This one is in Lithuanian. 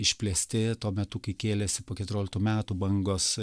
išplėsti tuo metu kai kėlėsi po keturioliktų metų bangos